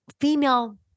female